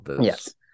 yes